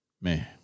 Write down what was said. man